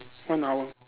one hour